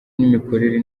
n’imikorere